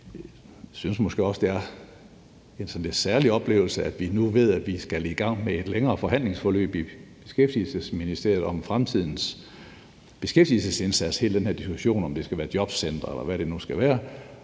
Jeg synes måske også, det er en særlig oplevelse, at vi nu ved, at vi skal i gang med et længere forhandlingsforløb i Beskæftigelsesministeriet om fremtidens beskæftigelsesindsats, hele den her diskussion, om det skal være jobcentre, eller hvad det nu skal være.